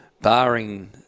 Barring